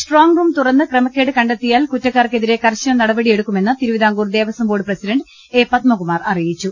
strong room തുറന്ന് ക്രമക്കേട് കണ്ടെത്തിയാൽ കുറ്റ ക്കാർക്കെതിരെ കർശന നടപടിയെടുക്കുമെന്ന് Thiruvithamkoor Devaswom board president A Padmakumar അറിയിച്ചു